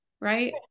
right